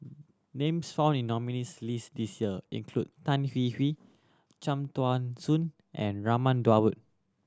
names found in the nominees' list this year include Tan Hwee Hwee Cham Tao Soon and Raman Daud